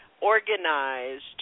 organized